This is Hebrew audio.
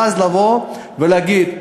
ואז לבוא ולהגיד.